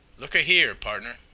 look-a-here, pardner,